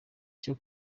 cyo